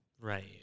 Right